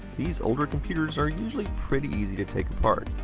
these older computers are usually pretty easy to take apart.